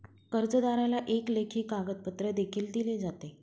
कर्जदाराला एक लेखी कागदपत्र देखील दिले जाते